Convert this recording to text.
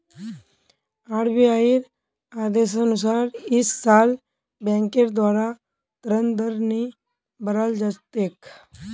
आरबीआईर आदेशानुसार इस साल बैंकेर द्वारा ऋण दर नी बढ़ाल जा तेक